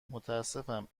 متأسفم